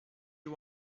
you